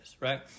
right